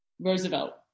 Roosevelt